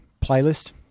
playlist